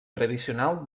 tradicional